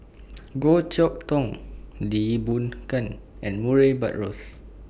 Goh Chok Tong Lee Boon Ngan and Murray Buttrose